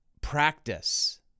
practice